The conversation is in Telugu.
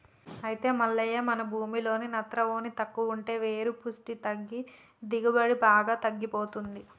అయితే మల్లయ్య మన భూమిలో నత్రవోని తక్కువ ఉంటే వేరు పుష్టి తగ్గి దిగుబడి బాగా తగ్గిపోతుంది